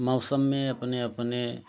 मौसम में अपने अपने